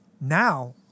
Now